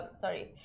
sorry